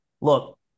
look